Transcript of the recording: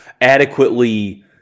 adequately